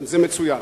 זה מצוין.